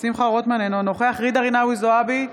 אינו נוכח ג'ידא רינאוי זועבי,